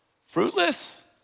Fruitless